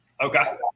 Okay